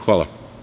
Hvala.